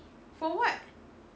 for what